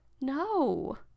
No